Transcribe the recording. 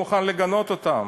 הוא לא מוכן לגנות אותם.